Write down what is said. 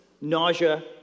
nausea